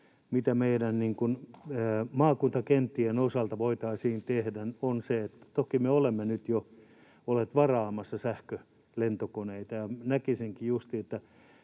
mitä meidän maakuntakenttien osalta voitaisiin tehdä, on, että toki me olemme nyt jo olleet varaamassa sähkölentokoneita, ja näkisinkin justiin, että